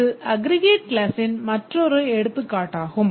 இது அக்ரிகேட் கிளாஸின் மற்றொரு எடுத்துக்காட்டாகும்